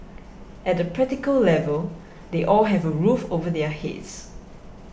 at the practical level they all have a roof over their heads